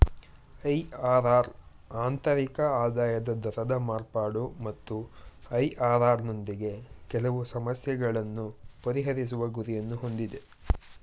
IRR ಆಂತರಿಕ ಆದಾಯದ ದರದ ಮಾರ್ಪಾಡು ಮತ್ತು ಐ.ಆರ್.ಆರ್ ನೊಂದಿಗೆ ಕೆಲವು ಸಮಸ್ಯೆಗಳನ್ನು ಪರಿಹರಿಸುವ ಗುರಿಯನ್ನು ಹೊಂದಿದೆ